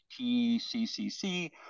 TCCC